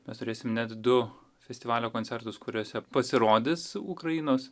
mes turėsim net du festivalio koncertus kuriuose pasirodys ukrainos